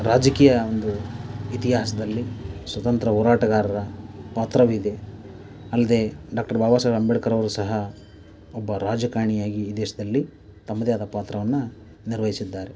ರಾಜಕೀಯ ಒಂದು ಇತಿಹಾಸದಲ್ಲಿ ಸ್ವತಂತ್ರ್ಯ ಹೋರಾಟಗಾರರ ಪಾತ್ರವಿದೆ ಅಲ್ಲದೇ ಡಾಕ್ಟರ್ ಬಾಬಾ ಸಾಹೇಬ್ ಅಂಬೇಡ್ಕರವರು ಸಹ ಒಬ್ಬ ರಾಜಕಾರಣೀಯಾಗಿ ಈ ದೇಶದಲ್ಲಿ ತಮ್ಮದೇ ಆದ ಪಾತ್ರವನ್ನ ನಿರ್ವಹಿಸಿದ್ದಾರೆ